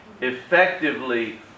effectively